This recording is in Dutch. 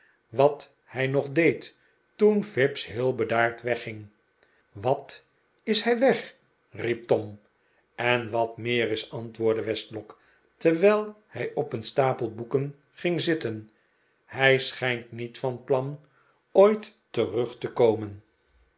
wat hij nog deed toen fips heel bedaard wegging wat is hij weg riep tom en wat meer is r antwoordde westlock terwijl hij op een stapel boeken ging zitten hij schijnt niet van plan ooit terug te komen